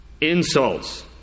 insults